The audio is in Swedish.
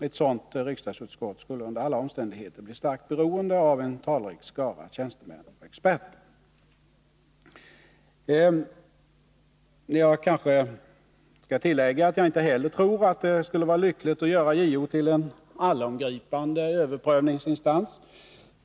Ett sådant riksdagsutskott skulle under alla omständigheter bli starkt beroende av en talrik skara tjänstemän och experter. Jag kanske skall tillägga att jag inte heller tror att det skulle vara lyckligt att göra JO till en allomgripande överprövningsinstans.